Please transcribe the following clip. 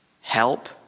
help